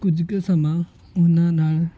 ਕੁਝ ਕੁ ਸਮਾਂ ਉਹਨਾਂ ਨਾਲ